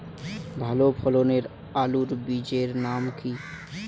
ভালো ফলনের আলুর বীজের নাম কি?